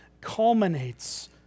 culminates